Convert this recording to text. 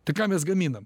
tai ką mes gaminam